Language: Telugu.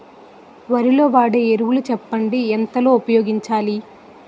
వరిలో వాడే ఎరువులు చెప్పండి? ఎంత లో ఉపయోగించాలీ?